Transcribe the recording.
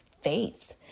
faith